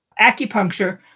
acupuncture